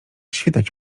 świtać